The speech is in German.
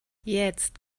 jetzt